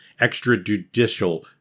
extrajudicial